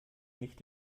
nicht